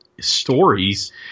stories